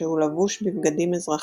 כשהוא לבוש בבגדים אזרחיים,